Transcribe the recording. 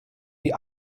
die